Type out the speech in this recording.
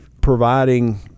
providing